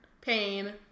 pain